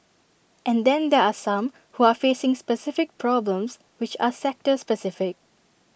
and then there are some who are facing specific problems which are sector specific